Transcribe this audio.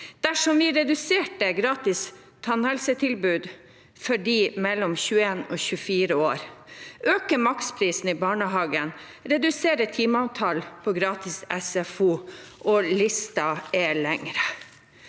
utgifter, redusert gratis tannhelsetilbud for dem mellom 21 og 24 år, økt maksprisen i barnehagen, redusert timeantallet for gratis SFO – og lista er lengre.